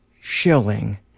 shilling